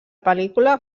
pel·lícula